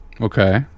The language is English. Okay